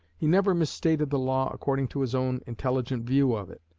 he never misstated the law according to his own intelligent view of it.